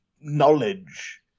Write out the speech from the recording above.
knowledge